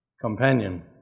companion